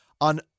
on